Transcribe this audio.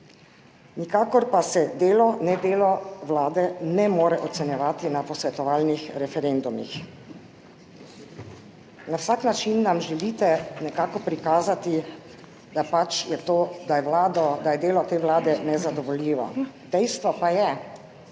Nikakor pa se delo, ne delo vlade ne more ocenjevati na posvetovalnih referendumih. Na vsak način nam želite nekako prikazati, da je delo te Vlade nezadovoljivo. dejstvo pa je,